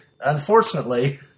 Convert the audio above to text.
Unfortunately